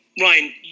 Ryan –